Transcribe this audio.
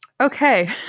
Okay